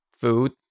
food